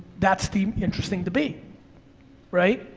that's the interesting debate, right?